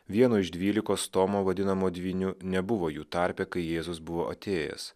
vieno iš dvylikos tomo vadinamo dvyniu nebuvo jų tarpe kai jėzus buvo atėjęs